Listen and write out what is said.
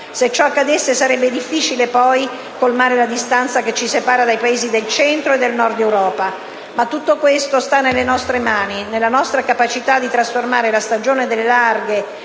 Se ciò accadesse, sarebbe difficile poi colmare la distanza che ci separa dai Paesi del Centro e Nord Europa. Ma tutto questo sta nelle nostre mani, nella nostra capacità di trasformare la stagione delle larghe